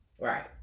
right